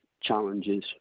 challenges